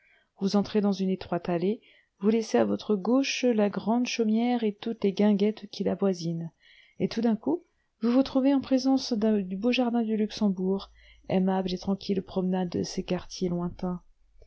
vous entrez dans une étroite allée vous laissez à votre gauche la grande chaumière et toutes les guinguettes qui l'avoisinent et tout d'un coup vous vous trouvez en présence du beau jardin du luxembourg aimable et tranquille promenade de ces quartiers lointains